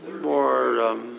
more